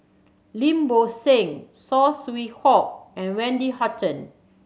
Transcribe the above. Lim Bo Seng Saw Swee Hock and Wendy Hutton